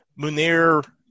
Munir